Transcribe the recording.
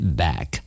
back